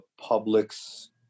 public's